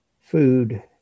Food